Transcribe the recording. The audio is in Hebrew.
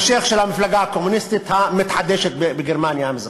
ההמשך של המפלגה הקומוניסטית המתחדשת בגרמניה המזרחית,